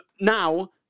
now